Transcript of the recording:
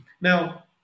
Now